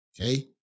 Okay